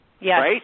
Yes